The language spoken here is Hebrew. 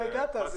אגף